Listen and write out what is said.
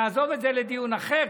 נעזוב את זה לדיון אחר,